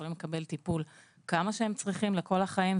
יכולים לקבל טיפול כמה שהם צריכים ואף לכל החיים,